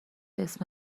اسم